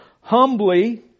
Humbly